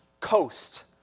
coast